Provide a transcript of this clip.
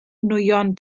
nwyon